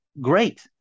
great